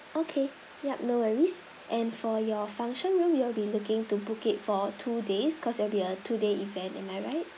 okay yup no worries and for your function room you will be looking to book it t for two days cause there will be a today event am I right